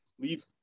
leave